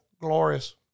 glorious